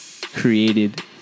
created